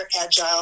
agile